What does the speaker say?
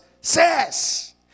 says